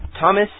Thomas